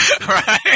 Right